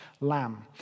lamb